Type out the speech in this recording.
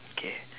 okay